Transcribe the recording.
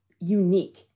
unique